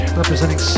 representing